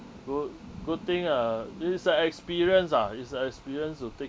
good good thing uh this is a experience ah is a experience to take